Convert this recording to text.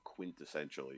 quintessentially